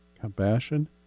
compassion